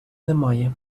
немає